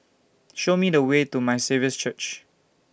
Show Me The Way to My Saviour's Church